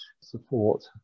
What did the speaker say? support